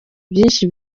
byinshi